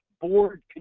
board